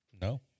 No